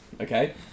Okay